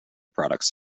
products